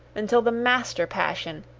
until the master-passion,